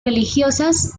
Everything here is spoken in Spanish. religiosas